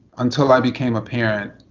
until i became a parent,